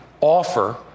Offer